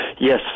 Yes